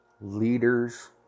leaders